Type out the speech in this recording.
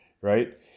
right